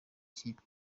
kipe